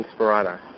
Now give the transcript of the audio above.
inspirata